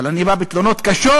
אבל אני בא בתלונות קשות,